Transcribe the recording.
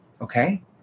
okay